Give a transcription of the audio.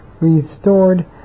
restored